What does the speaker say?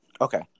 Okay